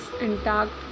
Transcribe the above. intact